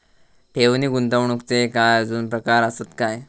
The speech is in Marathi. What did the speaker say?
ठेव नी गुंतवणूकचे काय आजुन प्रकार आसत काय?